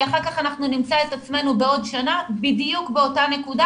כי אחר כך אנחנו נמצא את עצמנו בעוד שנה בדיוק באותה נקודה,